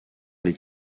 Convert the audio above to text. les